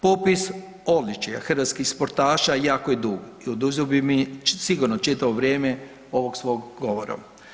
Popis odličja hrvatskih sportaša jako je dug i oduzeo bi mi sigurno čitavo vrijeme ovog svog govora.